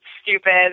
stupid